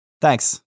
Thanks